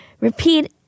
repeat